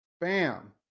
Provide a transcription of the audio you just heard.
Bam